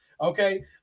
Okay